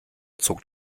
zog